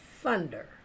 thunder